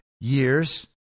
years